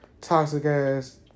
toxic-ass